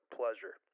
pleasure